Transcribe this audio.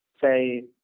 say